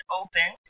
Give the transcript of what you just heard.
open